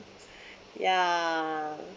ya